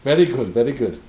very good very good